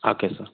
okay sir